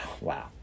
Wow